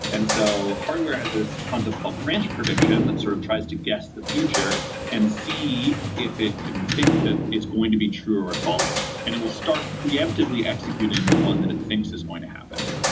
and so hardware has this concept called branch prediction that sort of tries to guess the future and see if it can think that it's going to be true or false and it will start preemptively executing the one that it thinks is going to happen.